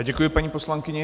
Děkuji paní poslankyni.